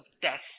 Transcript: death